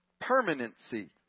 permanency